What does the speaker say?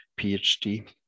PhD